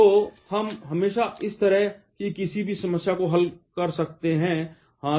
तो हम हमेशा इस तरह की किसी भी समस्या को हल कर सकते हैं हाँ